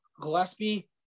Gillespie